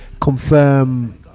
confirm